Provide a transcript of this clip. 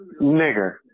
Nigger